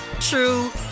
true